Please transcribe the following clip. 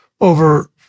over